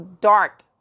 dark